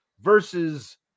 versus